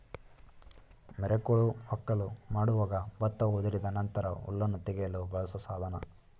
ಮೆರಕೋಲು ವಕ್ಕಲು ಮಾಡುವಾಗ ಭತ್ತ ಉದುರಿದ ನಂತರ ಹುಲ್ಲನ್ನು ತೆಗೆಯಲು ಬಳಸೋ ಸಾಧನ